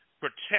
Protect